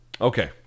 Okay